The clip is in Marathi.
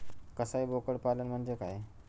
कसाई बोकड पालन म्हणजे काय?